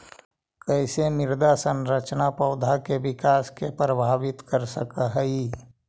कईसे मृदा संरचना पौधा में विकास के प्रभावित कर सक हई?